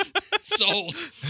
Sold